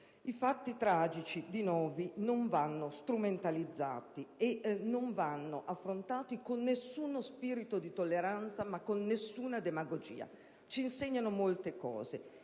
I fatti tragici di Novi non vanno strumentalizzati e non vanno affrontati con nessuno spirito di tolleranza, ma con nessuna demagogia. Ci insegnano molte cose.